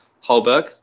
Holberg